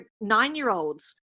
nine-year-olds